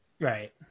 Right